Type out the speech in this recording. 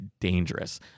dangerous